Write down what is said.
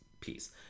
piece